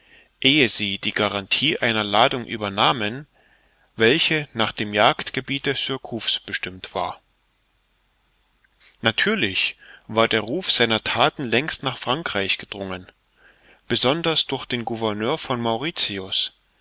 ehe sie die garantie einer ladung übernahmen welche nach dem jagdgebiete surcouf's bestimmt war natürlich war der ruf seiner thaten längst nach frankreich gedrungen besonders durch den gouverneur von mauritius